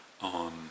on